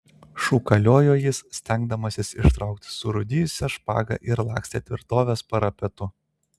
šūkalojo jis stengdamasis ištraukti surūdijusią špagą ir lakstė tvirtovės parapetu